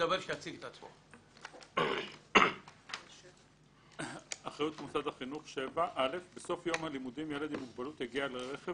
7. בסוף יום הלימודים ילד עם מוגבלות יגיע אל הרכב